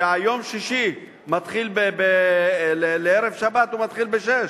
שערב שבת מתחיל בשש.